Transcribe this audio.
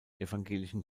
evangelischen